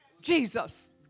Jesus